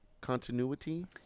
continuity